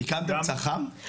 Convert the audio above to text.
הקמתם צח"מ?